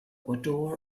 odor